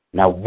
Now